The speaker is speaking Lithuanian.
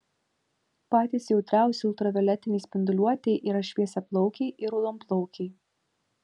patys jautriausi ultravioletinei spinduliuotei yra šviesiaplaukiai ir raudonplaukiai